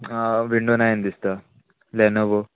आं विंडो नायन दिसता लॅनोव